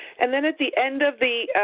and then at the end of the